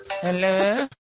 Hello